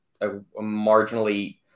marginally